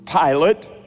Pilate